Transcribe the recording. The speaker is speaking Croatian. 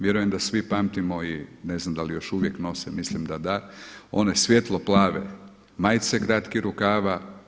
Vjerujem da svi pamtimo i ne znam da li još uvijek nose, mislim da da, one svijetlo plave majice kratkih rukava.